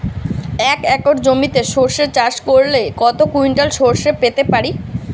এক একর জমিতে সর্ষে চাষ করলে কত কুইন্টাল সরষে পেতে পারি?